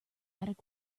attic